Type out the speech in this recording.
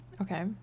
Okay